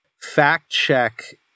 fact-check